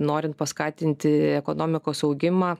norint paskatinti ekonomikos augimą